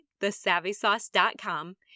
thesavvysauce.com